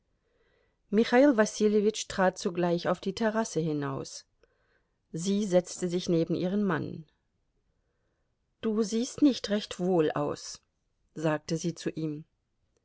michail wasiljewitsch trat sogleich auf die terrasse hinaus sie setzte sich neben ihren mann du siehst nicht recht wohl aus sagte sie zu ihm